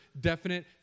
definite